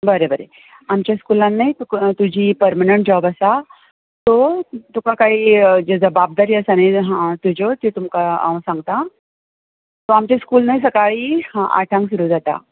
बरें बरें आमच्या स्कुलांत न्हय तुजी पर्मनन्ट जॉब आसा सो तुका कांय ज्यो जबाबदारी आसा न्हय तुज्यो त्यो तुका हांव सांगतां आमचें स्कूल न्हय सकाळीं आठांक सुरू जाता